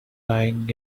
lying